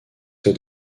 ses